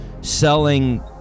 selling